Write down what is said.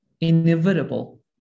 inevitable